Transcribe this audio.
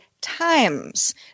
times